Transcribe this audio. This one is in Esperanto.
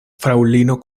fraŭlino